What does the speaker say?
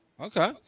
Okay